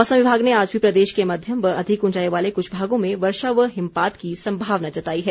मौसम विभाग ने आज भी प्रदेश के मध्यम व अधिक ऊंचाई वाले कुछ भागों में वर्षा व हिमपात की संभावना जताई है